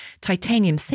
titanium